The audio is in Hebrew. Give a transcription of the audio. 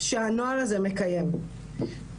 שהנוהל הזה מקיים,